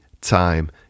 time